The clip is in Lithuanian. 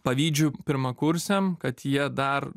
pavydžiu pirmakursiam kad jie dar